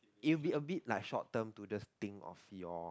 you will a bit like short term to just think of your